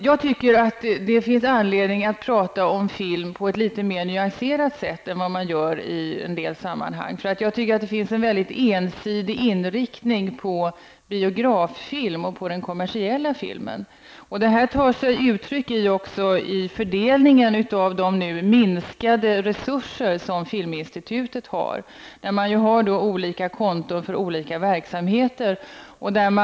Jag tycker att det finns anledning att prata om film på ett litet mer nyanserat sätt än vad man gör i en del sammanhang. Jag tycker att det finns en väldigt ensidig inriktning på biograffilm och på den kommersiella filmen. Det tar sig också uttryck i fördelningen av de minskade resurser som filminstitutet har. Man har olika konton för olika verksamheter.